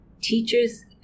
teachers